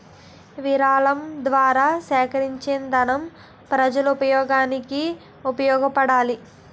విరాళాల ద్వారా సేకరించేదనం ప్రజోపయోగానికి ఉపయోగపడాలి